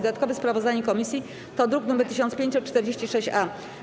Dodatkowe sprawozdanie komisji to druk nr 1546-A.